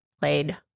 played